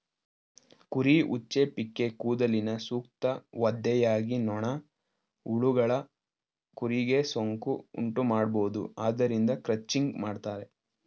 ಕುರಿ ಉಚ್ಚೆ, ಪಿಕ್ಕೇ ಕೂದಲಿನ ಸೂಕ್ತ ಒದ್ದೆಯಾಗಿ ನೊಣ, ಹುಳಗಳು ಕುರಿಗೆ ಸೋಂಕು ಉಂಟುಮಾಡಬೋದು ಆದ್ದರಿಂದ ಕ್ರಚಿಂಗ್ ಮಾಡ್ತರೆ